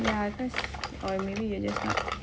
ya cause or maybe you're just not